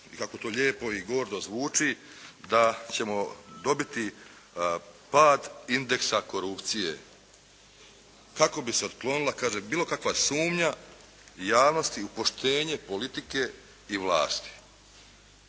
i kako to lijepo i gordo zvuči da ćemo dobiti pad indeksa korupcije kako bi se otklonila kaže bilo kakva sumnja javnosti u poštenje politike i vlasti.